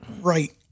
right